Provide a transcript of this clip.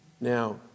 Now